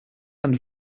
and